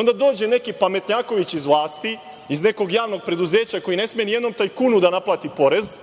Onda dođe neki pametnjaković iz vlasti, iz nekog javnog preduzeća, koji ne sme nijednom tajkunu da naplati porez,